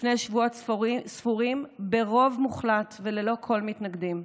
לפני שבועות ספורים ברוב מוחלט וללא כל מתנגדים.